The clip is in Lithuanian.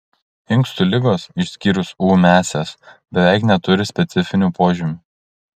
inkstų ligos išskyrus ūmiąsias beveik neturi specifinių požymių